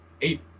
Eight